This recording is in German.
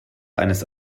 eines